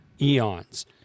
eons